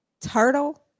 turtle